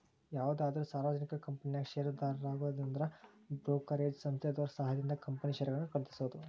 ಯಾವುದಾದ್ರು ಸಾರ್ವಜನಿಕ ಕಂಪನ್ಯಾಗ ಷೇರುದಾರರಾಗುದಂದ್ರ ಬ್ರೋಕರೇಜ್ ಸಂಸ್ಥೆದೋರ್ ಸಹಾಯದಿಂದ ಕಂಪನಿ ಷೇರುಗಳನ್ನ ಖರೇದಿಸೋದು